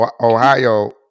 Ohio